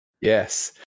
Yes